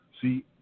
see